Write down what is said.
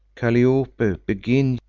calliope, begin!